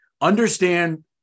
understand